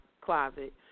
closet